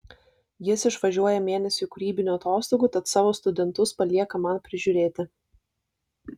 jis išvažiuoja mėnesiui kūrybinių atostogų tad savo studentus palieka man prižiūrėti